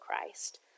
Christ